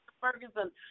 Ferguson